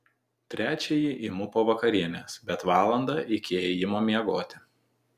trečiąjį imu po vakarienės bet valandą iki ėjimo miegoti